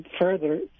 further